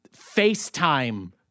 FaceTime